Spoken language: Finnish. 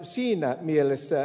siinä mielessä ed